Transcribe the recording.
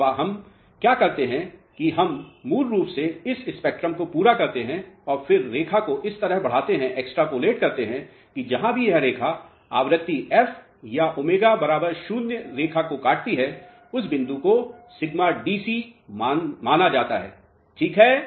तो अब हम क्या करते हैं कि हम मूल रूप से इस स्पेक्ट्रम को पूरा करते हैं और फिर रेखा को इस तरह से बढ़ाते करते हैं कि जहाँ भी यह रेखा आवृत्ति f या ओमेगा बराबर 0 रेखा को काटती है उस बिंदु को σDC माना जाता है ठीक है